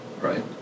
right